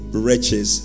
wretches